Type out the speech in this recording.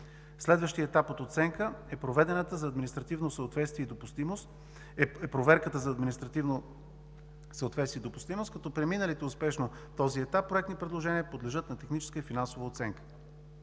Следващият етап от оценката е проверката за административно съответствие и допустимост, като преминалите успешно този етап проектни предложения подлежат на техническа и финансова оценка.